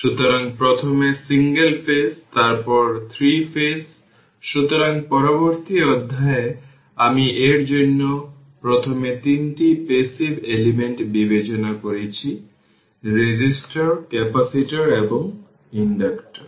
সুতরাং প্রথমে single phase তারপর 3 ফেজ সুতরাং পূর্ববর্তী অধ্যায়ে আমি এর জন্য প্রথমে 3টি প্যাসিভ এলিমেন্ট বিবেচনা করেছি রেজিস্টর ক্যাপাসিটর এবং ইনডাক্টর